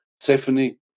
Stephanie